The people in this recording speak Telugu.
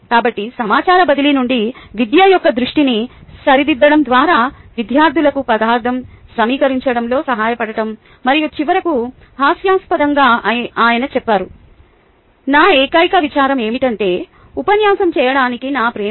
కాబట్టి సమాచార బదిలీ నుండి విద్య యొక్క దృష్టిని సరిదిద్దడం ద్వారా విద్యార్థులకు పదార్థం సమీకరించడంలో సహాయపడటం మరియు చివరకు హాస్యాస్పదంగా ఆయన చెప్పారు నా ఏకైక విచారం ఏమిటంటే ఉపన్యాసం చేయడానికి నా ప్రేమ